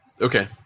Okay